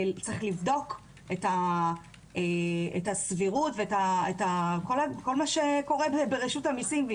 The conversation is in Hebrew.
צריך לבדוק את הסבירות ואת כל מה שקורה ברשות המיסים.